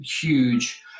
huge